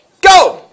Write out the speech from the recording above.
go